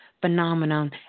phenomenon